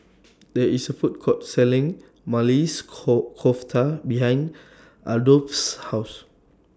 There IS A Food Court Selling Maili Kofta behind Adolphus' House